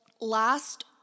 last